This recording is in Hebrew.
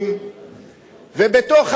ובכן,